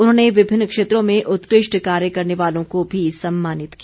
उन्होंने विभिन्न क्षेत्रों में उत्कृष्ट कार्य करने वालों को भी सम्मानित किया